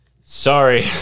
Sorry